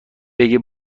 بگه